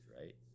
right